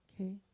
Okay